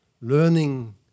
Learning